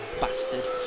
bastard